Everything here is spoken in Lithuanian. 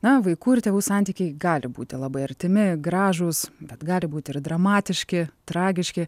na vaikų ir tėvų santykiai gali būti labai artimi gražūs bet gali būti ir dramatiški tragiški